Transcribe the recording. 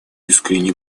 искренне